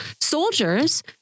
soldiers-